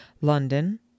London